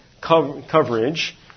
coverage